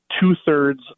two-thirds